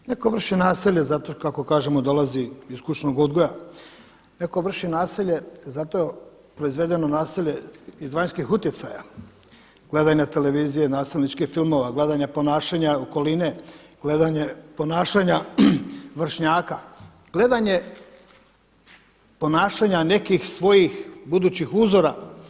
Neko vrši nasilje zato kako kažemo dolazi iz kućnog odgoja, neko vrši nasilje zato proizvedeno nasilje iz vanjskih utjecaja, gledanje na televiziji nasilničkih filmova, gledanje ponašanja okoline, gledanje ponašanja vršnjaka, gledanje ponašanja nekih svojih budućih uzora.